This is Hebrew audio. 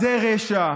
זה רשע.